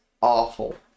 awful